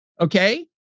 Okay